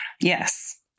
Yes